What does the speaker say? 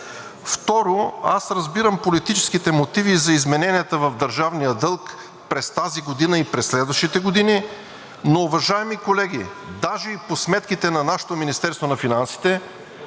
Второ, аз разбирам политическите мотиви за измененията в държавния дълг през тази и през следващите години. Но, уважаеми колеги, даже и по сметките на нашето Министерство на финансите,